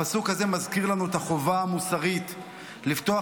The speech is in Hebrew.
הפסוק הזה מזכיר לנו את החובה המוסרית לפתוח